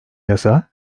yasa